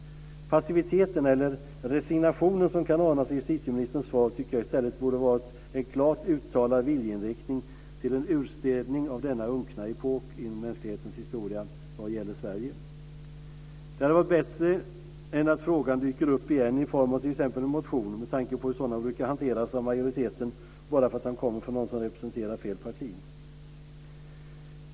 Passiviteten eller resignationen som kan anas i justitieministerns svar tycker jag i stället borde ha varit en klart uttalad vilja till en utstädning av denna unkna epok i mänsklighetens historia vad gäller Sverige. Det hade varit bättre än att frågan dyker upp igen i form av t.ex. en motion, med tanke på hur sådana brukar hanteras av majoriteten bara därför att de kommer från någon som representerar fel parti.